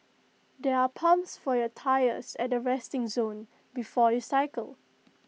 there are pumps for your tyres at the resting zone before you cycle